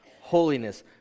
holiness